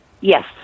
Yes